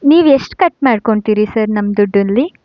ನೀವೆಷ್ಟು ಕಟ್ ಮಾಡ್ಕೊತೀರಿ ಸರ್ ನಮ್ಮ ದುಡ್ಡಲ್ಲಿ